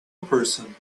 person